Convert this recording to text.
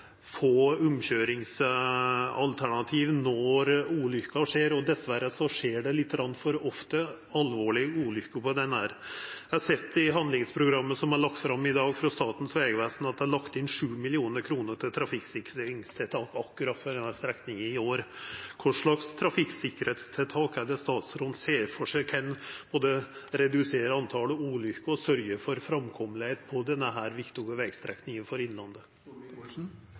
få omkjøringsalternativ når ulykka skjer – og dessverre skjer det litt for ofte alvorlege ulykker her. Eg har sett i handlingsprogrammet som er lagt fram i dag av Statens vegvesen, at det er lagt inn 7 mill. kr til trafikksikringstiltak på akkurat denne strekninga i år. Kva slags trafikksikringstiltak ser statsråden for seg kan både redusera talet på ulykker og sørgja for framkomst på denne viktige vegstrekninga for innlandet?